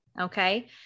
Okay